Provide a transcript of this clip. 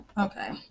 Okay